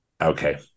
Okay